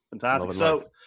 Fantastic